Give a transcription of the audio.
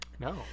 No